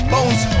Bones